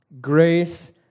Grace